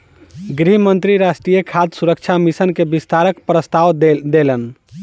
गृह मंत्री राष्ट्रीय खाद्य सुरक्षा मिशन के विस्तारक प्रस्ताव देलैन